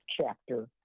chapter